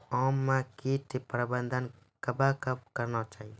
आम मे कीट प्रबंधन कबे कबे करना चाहिए?